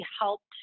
helped